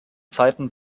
zeiten